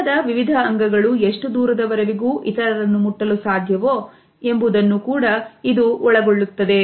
ದೇಹದ ವಿವಿಧ ಅಂಗಗಳು ಎಷ್ಟು ದೂರದವರೆಗೂ ಇತರರನ್ನು ಮುಟ್ಟಲು ಸಾಧ್ಯ ಎಂಬುದನ್ನು ಕೂಡ ಇದು ಒಳಗೊಳ್ಳುತ್ತದೆ